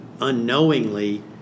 unknowingly